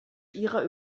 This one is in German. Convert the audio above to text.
ihrer